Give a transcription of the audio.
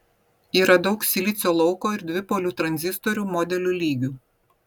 yra daug silicio lauko ir dvipolių tranzistorių modelių lygių